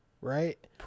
Right